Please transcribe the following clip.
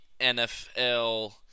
NFL